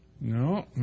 No